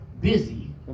busy